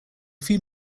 few